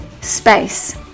space